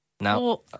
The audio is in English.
No